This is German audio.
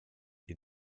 ihr